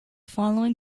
following